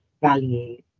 value